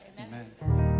amen